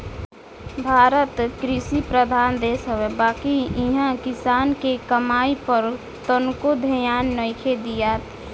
भारत कृषि प्रधान देश हवे बाकिर इहा किसान के कमाई पर तनको ध्यान नइखे दियात